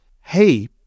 Hey